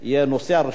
השר יהיה חייב לענות.